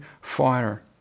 fire